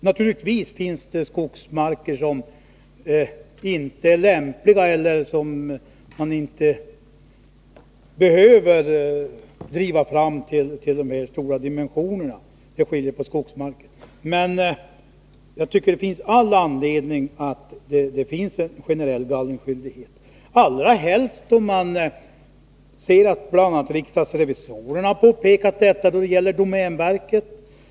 Naturligtvis finns det skogsmarker som inte lämpar sig för detta och skogar som inte behöver drivas fram till dessa stora dimensioner, men det finns all anledning att införa en generell gallringsskyldighet, bl.a. med hänsyn till riksdagsrevisorernas påpekanden när det gäller domänverket.